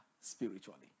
spiritually